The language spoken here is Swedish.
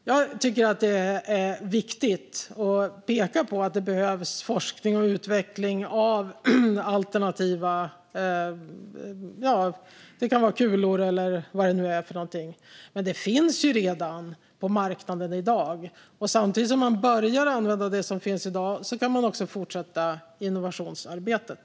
Jag tycker att det är viktigt att peka på att det behövs forskning och utveckling av alternativa kulor eller vad det nu är för något. Det finns redan på marknaden i dag. Samtidigt som man börjar använda det som finns i dag kan man också fortsätta innovationsarbetet.